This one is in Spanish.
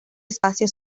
espacio